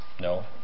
no